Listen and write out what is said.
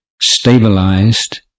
stabilized